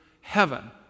heaven